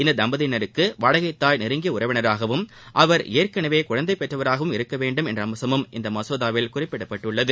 இத்தம்பதியினருக்கு வாடகை தாய் நெருங்கிய உறவினராகவும் அவர் ஏற்கனவே குழந்தை பெற்றவராகவும் இருக்கவேண்டும் என்ற அம்சமும் இம்மசோதாவில் குறிப்பிடப்பட்டுள்ளது